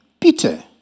Peter